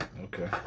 Okay